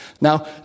Now